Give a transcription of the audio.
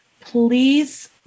please